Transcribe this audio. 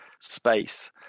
space